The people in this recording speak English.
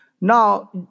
Now